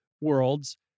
worlds